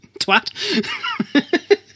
Twat